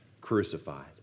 crucified